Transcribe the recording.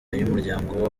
y’umuryango